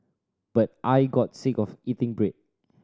but I got sick of eating bread